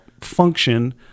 function